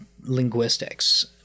linguistics